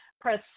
press